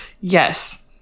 Yes